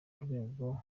urwego